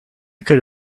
could